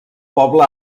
poble